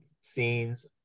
scenes